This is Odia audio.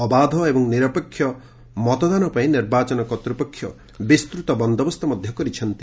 ଅବାଧ ଏବଂ ନିରପେକ୍ଷ ମତଦାନ ପାଇଁ ନିର୍ବାଚନ କର୍ଭ୍ରୁପକ୍ଷ ବିସ୍ତୂତ ବନ୍ଦୋବସ୍ତ କରିଛନ୍ତି